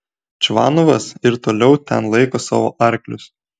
čvanovas ir toliau ten laiko savo arklius